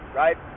right